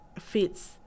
fits